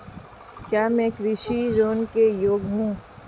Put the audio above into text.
क्या मैं कृषि ऋण के योग्य हूँ?